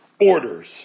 orders